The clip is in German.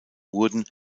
wurden